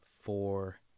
four